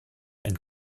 ein